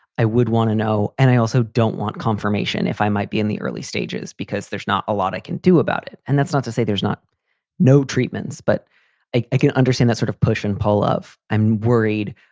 i would want to know. and i also don't want confirmation if i might be in the early stages, because there's not a lot i can do about it. and that's not to say there's not no treatments. but i i can understand the sort of push and pull of i'm worried,